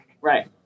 Right